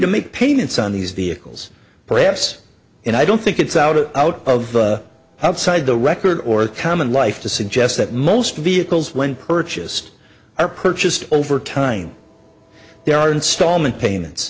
to make payments on these vehicles perhaps and i don't think it's out of out of outside the record or common life to suggest that most vehicles when purchased are purchased over time there are installment payments